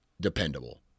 dependable